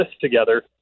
together